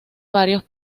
varios